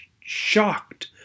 shocked